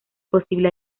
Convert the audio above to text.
posible